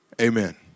amen